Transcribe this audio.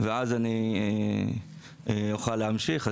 ואז אני אוכל להמשיך.